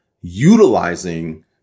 utilizing